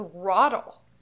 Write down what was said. throttle